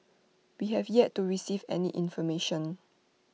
we have yet to receive any information